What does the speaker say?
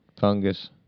fungus